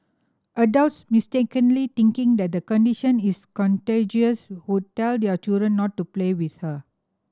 adults mistakenly thinking that the condition is contagious would tell their children not to play with her